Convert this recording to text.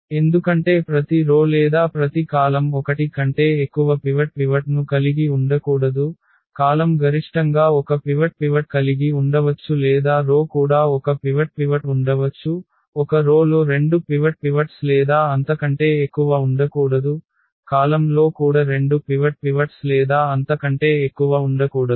ఎందుకంటే ప్రతి రో లేదా ప్రతి కాలమ్ ఒకటి కంటే ఎక్కువ పివట్ ను కలిగి ఉండకూడదు కాలమ్ గరిష్టంగా ఒక పివట్ కలిగి ఉండవచ్చు లేదా రో కూడా ఒక పివట్ ఉండవచ్చు ఒక రో లొ రెండు పివట్స్ లేదా అంతకంటే ఎక్కువ ఉండకూడదు కాలమ్ లో కూడ రెండు పివట్స్ లేదా అంతకంటే ఎక్కువ ఉండకూడదు